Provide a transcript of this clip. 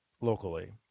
locally